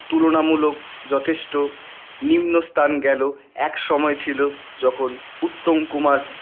তুলনামূলক যথেষ্ট নিম্নস্তান গেলো এক সময় ছিল যখন উত্তম কুমার